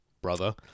Brother